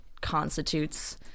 constitutes